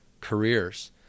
careers